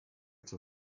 zur